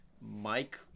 Mike